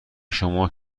شما